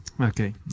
okay